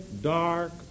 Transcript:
dark